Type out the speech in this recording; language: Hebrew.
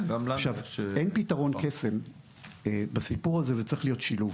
אין פתרון קסם בסיפור הזה וצריך להיות שילוב.